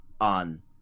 on